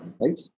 Right